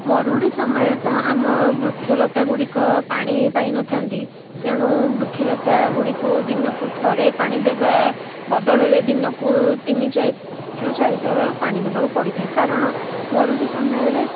ମରୁଡ଼ି ସମୟରେ ତ ଆମ ବୃକ୍ଷଲତା ଗୁଡ଼ିକ ପାଣି ପାଇନଥାନ୍ତି ତେଣୁ ବୃକ୍ଷଲତା ଗୁଡ଼ିକୁ ଦିନକୁ ଥରେ ପାଣି ଦେବା ବଦଳରେ ଦିନକୁ ତିନି ଚାରିରୁ ଚାରିଥର ପାଣି ଦେବାକୁ ପଡ଼ିଥାଏ କାରଣ ମରୁଡ଼ି ସମୟରେ